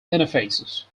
interfaces